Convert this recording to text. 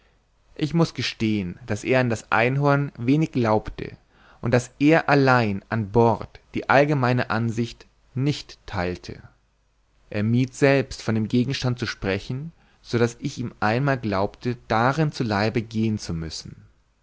ich muß gestehen daß er an das einhorn wenig glaubte und daß er allein an bord die allgemeine ansicht nicht theilte er mied selbst von dem gegenstand zu sprechen so daß ich ihm einmal glaubte darin zu leibe gehen zu müssen